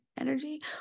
energy